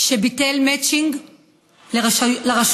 שביטל מצ'ינג לרשויות.